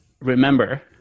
remember